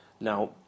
now